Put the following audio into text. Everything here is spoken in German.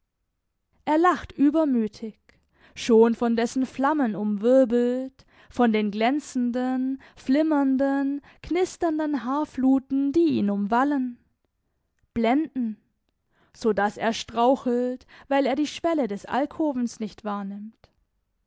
er lacht übermütig schon von dessen flammen umwirbelt von den glänzenden flimmernden knisternden haarfluten die ihn umwallen blenden so daß er strauchelt weil er die schwelle des alkovens nicht wahrnimmt